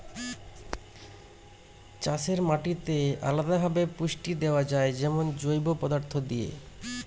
চাষের মাটিতে আলদা ভাবে পুষ্টি দেয়া যায় যেমন জৈব পদার্থ দিয়ে